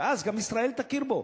ואז גם ישראל תכיר בו.